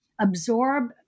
absorb